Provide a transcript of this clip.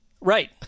Right